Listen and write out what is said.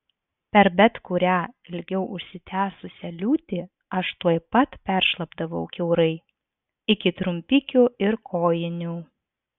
per bet kurią ilgiau užsitęsusią liūtį aš tuoj pat peršlapdavau kiaurai iki trumpikių ir kojinių